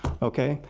okay.